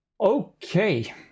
Okay